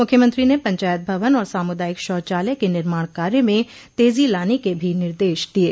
मुख्यमंत्री ने पंचायत भवन और सामुदायिक शौचालय के निर्माण कार्य में तेजी लाने के भी निर्देश दिये